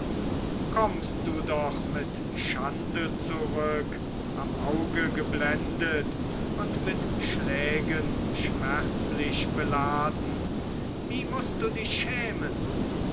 kommst du doch mit schande zurück am auge geblendet und mit schlägen schmerzlich beladen wie mußt du dich schämen